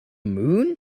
moon